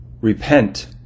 Repent